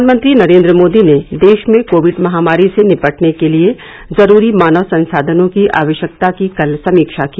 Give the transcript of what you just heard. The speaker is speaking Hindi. प्रधानमंत्री नरेन्द्र मोदी ने देश में कोविड महामारी से निपटने के लिए जरूरी मानव संसाधनों की आवश्यकता की कल समीक्षा की